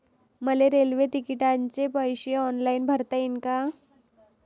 मले रेल्वे तिकिटाचे पैसे ऑनलाईन भरता येईन का?